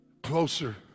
Closer